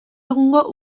egungo